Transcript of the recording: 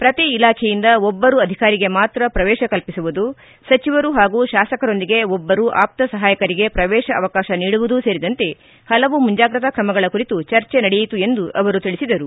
ಪ್ರತಿ ಇಲಾಖೆಯಿಂದ ಒಬ್ಬರು ಅಧಿಕಾರಿಗೆ ಮಾತ್ರ ಪ್ರವೇಶ ಕಲ್ಪಿಸುವುದು ಸಚಿವರು ಹಾಗೂ ಶಾಸಕರೊಂದಿಗೆ ಒಬ್ಬರು ಆಪ್ತ ಸಹಾಯಕರಿಗೆ ಪ್ರವೇಶ ಅವಕಾಶ ನೀಡುವುದು ಸೇರಿದಂತೆ ಹಲವು ಮುಂಜಾಗ್ರತಾ ಕ್ರಮಗಳ ಕುರಿತು ಚರ್ಚೆ ನಡೆಯಿತು ಎಂದು ಅವರು ತಿಳಿಸಿದರು